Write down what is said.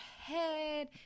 head